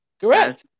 Correct